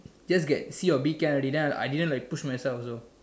just get C or B can already then I didn't like push myself also